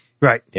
Right